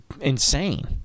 insane